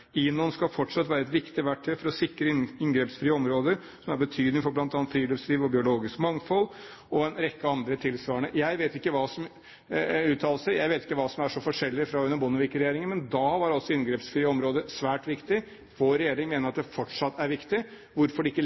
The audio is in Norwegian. fortsatt skal være et viktig verktøy for å sikre inngrepsfrie områder, som har betydning for bl.a. friluftsliv og biologisk mangfold – og en rekke tilsvarende uttalelser. Jeg vet ikke hva som nå er så forskjellig fra det som ble sagt under Bondevik-regjeringen, men da var altså inngrepsfrie områder svært viktig. Vår regjering mener at det fortsatt er viktig. Hvorfor det ikke